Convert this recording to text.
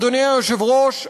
אדוני היושב-ראש,